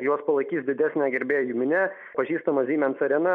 juos palaikys didesnė gerbėjų minia pažįstama siemens arena